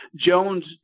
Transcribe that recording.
Jones